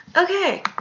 okay.